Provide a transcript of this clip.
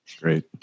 Great